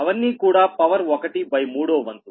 అవన్నీ కూడా పవర్ ఒకటి బై మూడోవంతు